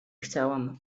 chciałam